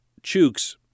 Chooks